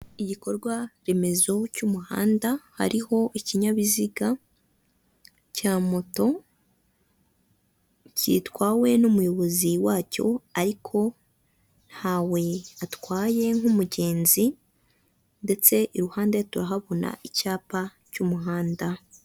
Igikorwa remezo cy'umuhanda, hariho ikinyabiziga cya moto, gitwawe n'umuyobozi wacyo ariko ntawe atwaye nk'umugenzi, ndetse iruhande turahabona icyapa cy'umuhanda.